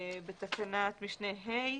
בתקנת משנה (ה)